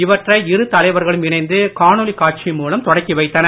இவற்றை இரு தலைவர்களும் இணைந்து காணொலி காட்சி மூலம் தொடக்கி வைத்தனர்